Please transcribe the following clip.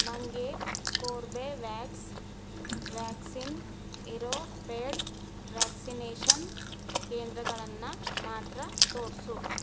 ನನಗೆ Corbevax vaccine ಇರೋ paid vaccination ಕೇಂದ್ರಗಳನ್ನು ಮಾತ್ರ ತೋರಿಸು